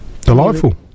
Delightful